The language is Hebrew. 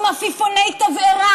עם עפיפוני תבערה,